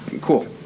cool